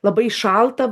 labai šalta